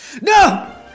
No